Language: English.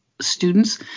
students